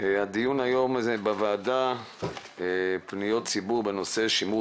הדיון היום הוא בנושא פניות ציבור בנושא שימור